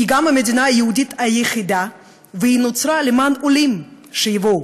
היא גם המדינה היהודית היחידה והיא נוצרה למען עולים שיבואו,